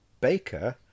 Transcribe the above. Baker